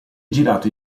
girato